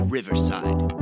Riverside